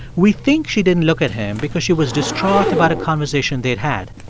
we think she didn't look at him because she was distraught about a conversation they had had.